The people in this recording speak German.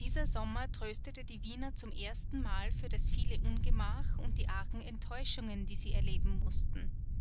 dieser sommer tröstete die wiener zum zweitenmal für das viele ungemach und die argen enttäuschungen die sie erleben mußten